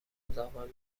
خداوند